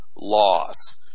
loss